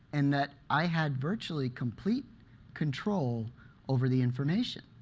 and that i had virtually complete control over the information.